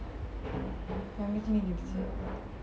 you're making me do this eh